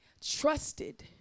trusted